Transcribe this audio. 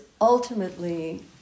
ultimately